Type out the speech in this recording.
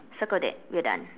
circle that we're done